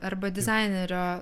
arba dizainerio